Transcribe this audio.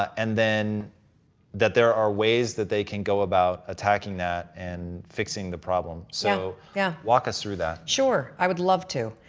and then that there are ways that they can go about attacking that and fixing the problem, so yeah walk us through that. mel sure i would love to.